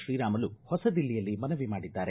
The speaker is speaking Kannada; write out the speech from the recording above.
ಶ್ರೀರಾಮುಲು ಹೊಸದಿಲ್ಲಿಯಲ್ಲಿ ಮನವಿ ಮಾಡಿದ್ದಾರೆ